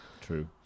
true